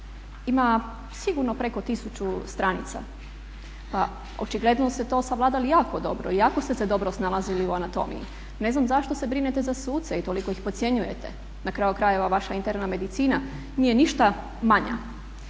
Ima sigurno preko tisuću stranica, pa očigledno ste to savladali jako dobro i jako ste se dobro snalazili u anatomiji. Ne znam zašto se brinete za suce i toliko ih podcjenjujete. Na kraju vaša interna medicina nije ništa manja